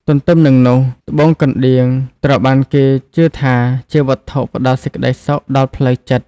ទន្ទឹមនឹងនោះ ត្បូងកណ្ដៀងត្រូវបានគេជឿថាជាវត្ថុផ្ដល់សេចក្ដីសុខដល់ផ្លូវចិត្ត។